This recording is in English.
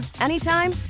anytime